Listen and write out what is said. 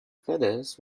feathers